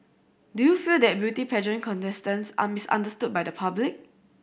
do you feel that beauty pageant contestants are misunderstood by the public